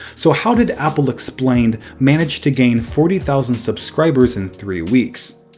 so how did apple explained manage to gain forty thousand subscribers in three weeks?